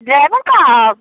driver Saheb